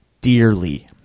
dearly